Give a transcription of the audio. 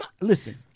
Listen